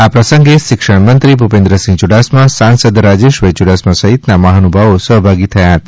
આ પ્રસંગે શિક્ષણમંત્રીશ્રી ભુપેન્દ્રસિંહ યુડાસમા સાંસદશ્રી રાજેશભાઈ યુડાસમા સહિત ના મહાનુભાવો સહભાગી થયા હતા